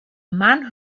man